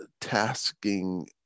tasking